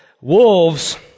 wolves